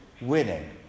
winning